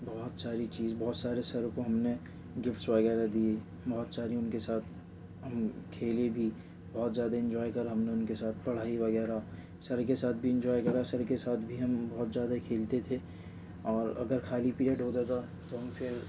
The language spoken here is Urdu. بہت ساری چیز بہت سارے سروں کو ہم نے گفٹس وغیرہ دئے بہت ساری ان کے ساتھ ہم کھیلے بھی بہت زیادہ انجوائے کرا ہم نے ان کے ساتھ پڑھائی وغیرہ سر کے ساتھ بھی انجوائے کرا سر کے ساتھ بھی ہم بہت زیادہ کھیلتے تھے اور اگر خالی پیریڈ ہوتا تھا تو ہم پھر